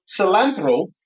Cilantro